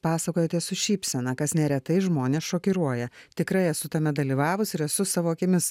pasakojate su šypsena kas neretai žmones šokiruoja tikrai esu tame dalyvavus ir esu savo akimis